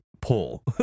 pull